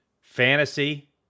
fantasy